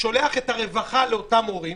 שולח את הרווחה לאותם הורים